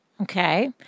Okay